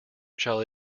shall